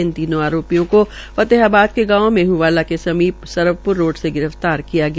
इन तीनों आरोपियों को फतेहाबाद के गांव मेहवाला के समीप सरवप्र रोड से गिरफ्तार किया गया